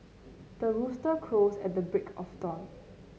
the rooster crows at the break of dawn